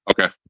Okay